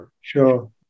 Sure